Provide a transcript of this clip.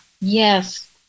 Yes